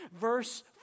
verse